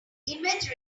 image